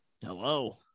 Hello